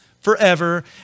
forever